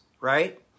right